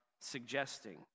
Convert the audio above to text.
suggesting